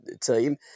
team